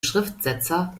schriftsetzer